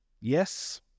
Yes